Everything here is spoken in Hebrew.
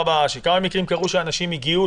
קרו שאנשים הגיעו,